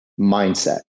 mindset